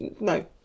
no